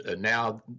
now